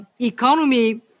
economy